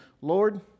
Lord